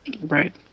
Right